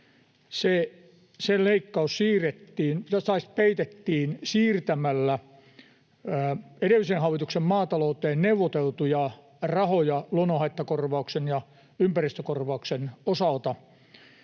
se leikkaus peitettiin siirtämällä edellisen hallituksen maatalouteen neuvoteltuja rahoja luonnonhaittakorvauksen ja ympäristökorvauksen osalta,